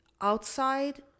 outside